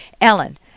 Ellen